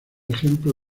ejemplo